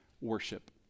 Worship